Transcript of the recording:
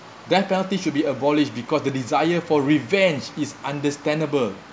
death penalty should be abolished because the desire for revenge is understandable